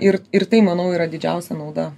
ir ir tai manau yra didžiausia nauda